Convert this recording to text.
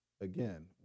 Again